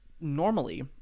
Normally